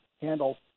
handle